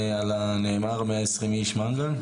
החוק.